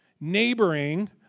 Neighboring